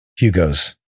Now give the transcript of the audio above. Hugos